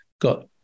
got